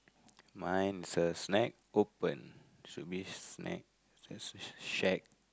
mine is a snack open should be snack there's a sh~ shack